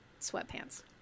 Sweatpants